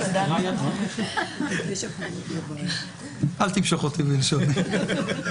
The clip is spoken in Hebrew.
יכולה לפנות למשטרה ולבקש את אותם מב"דים גם אחרי אותה